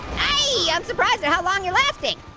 i'm surprised at how long you're lasting.